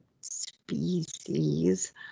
species